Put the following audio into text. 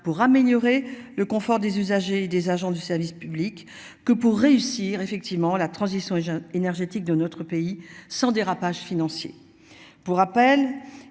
pour améliorer le confort des usagers et des agents du service public que pour réussir effectivement la transition énergétique de notre pays sans dérapages financiers. Pour rappel,